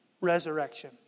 resurrection